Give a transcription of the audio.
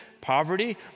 poverty